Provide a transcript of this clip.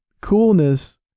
coolness